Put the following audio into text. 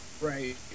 Right